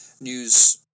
news